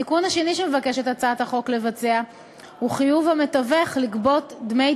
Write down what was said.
התיקון השני שמבקשת הצעת החוק לבצע הוא חיוב המתווך לגבות דמי